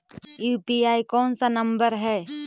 UPI कोन सा number हैं?